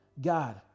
God